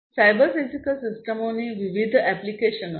cyber physical સિસ્ટમોની વિવિધ એપ્લિકેશનો છે